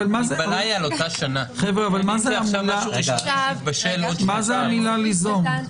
מה זה המילה ליזום?